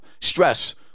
Stress